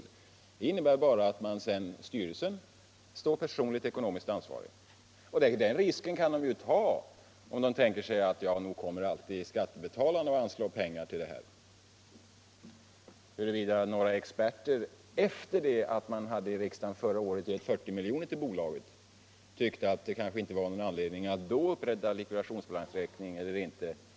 Gör man det inte innebär det bara att styrelsen står personligt ekonomiskt ansvarig och den risken kan ju styrelsen ta, om man tänker sig att nog kommer skattebetalarna alltid att anslå pengar till det här. Huruvida några experter, efter det att riksdagen förra året hade gett 40 miljoner till bolaget, tyckte att det kanske inte var någon anledning att upprätta likvidationsbalansräkning vet jag inte.